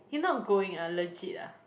you not going ah legit ah